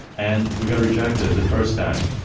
and we got rejected the first time.